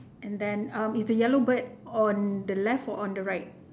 and then is the yellow bird on the left or on the right